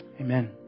amen